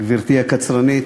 גברתי הקצרנית,